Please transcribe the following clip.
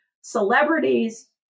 celebrities